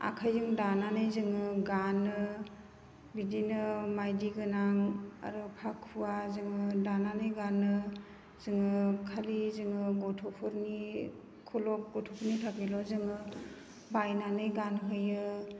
आखाइजों दाननानै जोङो गानो बिदिनो माइदि गोनां आरो फाखुआ जोङो दानानै गानो जोङो खालि जोङो गथ'फोरनिखौल' गथ'फोरनि थाखायल' जोङो बायनानै गानहोयो